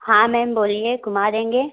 हाँ मैम बोलिए घूमा देंगे